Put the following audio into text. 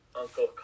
Uncle